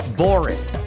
boring